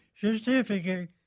certificate